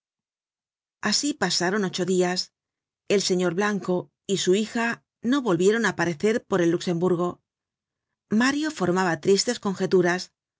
asi pasaron ocho dias el señor blanco y su hija no volvieron á parecer por el luxemburgo mario formaba tristes conjeturas